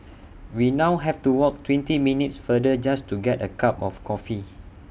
we now have to walk twenty minutes further just to get A cup of coffee